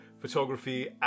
photography